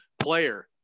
player